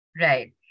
Right